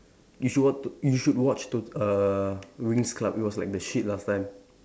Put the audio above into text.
you should wat you should watch to uh Winx's Club it was like the shit last time